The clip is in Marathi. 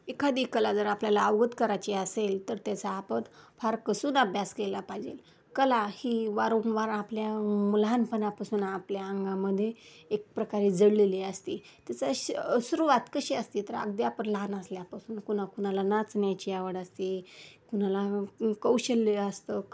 एखादी कला जर आपल्याला अवगत करायची असेल तर त्याचा आपण फार कसून अभ्यास केला पाहिजे कला ही वारंवार आपल्या लहानपणापासून आपल्या अंगामध्ये एक प्रकारे जडलेली असते त्याचा श सुरुवात कशी असती तर अगदी आपण लहान असल्यापासून कुणाकुणाला नाचण्याची आवड असते कुणाला कौशल्य असतं